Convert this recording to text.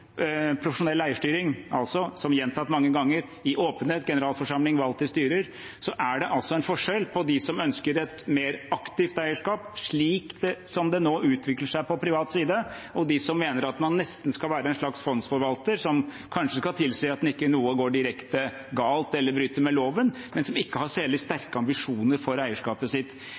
profesjonell eierstyring. Som jeg har gjentatt mange ganger – i åpenhet, med generalforsamling valgt i styrer – er det en forskjell på dem som ønsker et mer aktivt eierskap, slik det nå utvikler seg på privat side, og dem som mener at man nesten skal være en slags fondsforvalter, som kanskje skal tilsi at ikke noe går direkte galt eller bryter med loven, men som ikke har særlig sterke ambisjoner for eierskapet sitt.